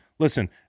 Listen